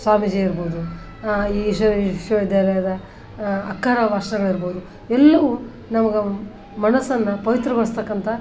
ಸ್ವಾಮೀಜಿ ಇರ್ಬೋದು ಈ ವಿಶ್ವವಿದ್ಯಾಲಯದ ಅಕ್ಕರಾವ್ ಭಾಷಣಗಳ್ ಇರ್ಬೋದು ಎಲ್ಲವೂ ನಮ್ಗೆ ಮನಸನ್ನು ಪವಿತ್ರಗೊಳಿಸ್ತಕ್ಕಂಥ